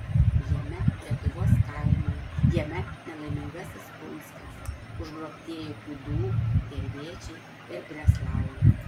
jame lietuvos kaimai jame nelaimingasis punskas užgrobtieji gudų gervėčiai ir breslauja